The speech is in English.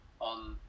on